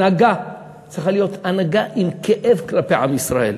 הנהגה צריכה להיות הנהגה עם כאב כלפי עם ישראל.